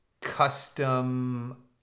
custom